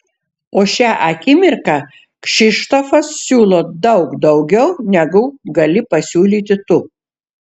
o šią akimirką kšištofas siūlo daug daugiau negu gali pasiūlyti tu